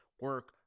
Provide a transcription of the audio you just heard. Work